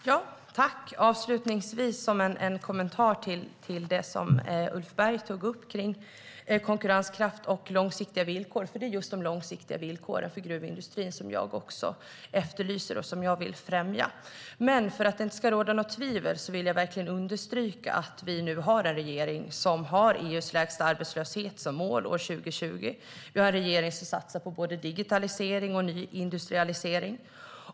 Herr talman! Avslutningsvis vill jag säga, som en kommentar till det som Ulf Berg tog upp kring konkurrenskraft och långsiktiga villkor, att det är just de långsiktiga villkoren för gruvindustrin som också jag efterlyser och vill främja. Men för att det inte ska råda något tvivel vill jag verkligen understryka att vi nu har en regering som har EU:s lägsta arbetslöshet som mål år 2020. Vi har en regering som satsar på både digitalisering och nyindustrialisering.